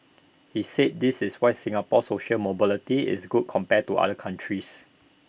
he said this is why Singapore's social mobility is good compared to other countries